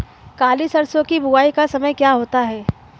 काली सरसो की बुवाई का समय क्या होता है?